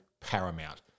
paramount